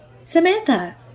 Samantha